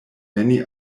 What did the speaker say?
many